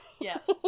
Yes